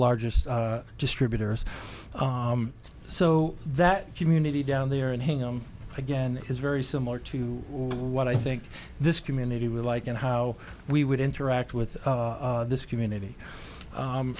largest distributors so that community down there and hang them again is very similar to what i think this community would like and how we would interact with this community